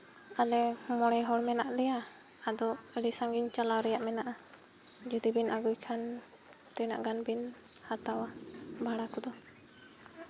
ᱟᱞᱮ ᱢᱚᱬᱮ ᱦᱚᱲ ᱢᱮᱱᱟᱜ ᱞᱮᱭᱟ ᱟᱫᱚ ᱟᱹᱰᱤ ᱥᱟᱺᱜᱤᱧ ᱪᱟᱞᱟᱜ ᱨᱮᱭᱟᱜ ᱢᱮᱱᱟᱜᱼᱟ ᱡᱩᱫᱤ ᱵᱤᱱ ᱟᱹᱜᱩᱭ ᱠᱷᱟᱱ ᱛᱤᱱᱟᱹᱜ ᱜᱟᱱ ᱵᱤᱱ ᱦᱟᱛᱟᱣᱟ ᱵᱷᱟᱲᱟ ᱠᱚᱫᱚ